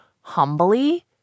humbly